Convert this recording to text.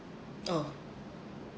oh